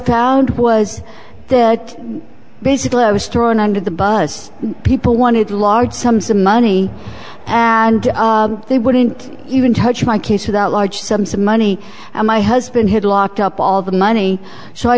found one as basically i was thrown under the bus people wanted large sums of money and they wouldn't even touch my case without large sums of money and my husband had locked up all the money so i